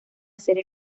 serie